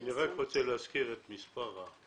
אני רק רוצה להזכיר את מספר המבנים,